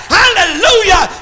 hallelujah